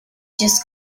just